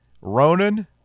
Ronan